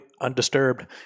undisturbed